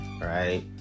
Right